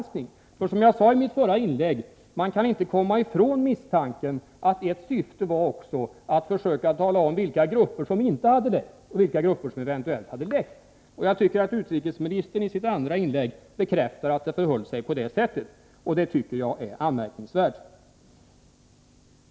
Som jag sade i mitt förra inlägg kan man inte komma ifrån misstanken att ett syfte var att försöka tala om vilka grupper som inte hade läckt och vilka grupper som eventuellt hade läckt. Jag tycker att utrikesministern i sitt andra inlägg bekräftar att det förhöll sig på det sättet, och det är anmärkningsvärt.